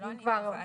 זה לא אני קובעת.